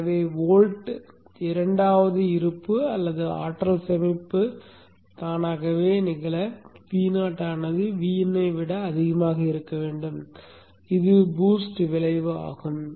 எனவே வோல்ட் இரண்டாவது இருப்பு அல்லது ஆற்றல் சேமிப்பு தானாகவே நிகழ Vo ஆனது Vin ஐ விட அதிகமாக இருக்க வேண்டும் இது பூஸ்ட் விளைவு ஆகும்